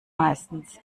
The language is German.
meistens